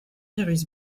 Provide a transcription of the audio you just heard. virus